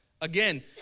Again